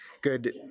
good